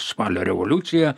spalio revoliucija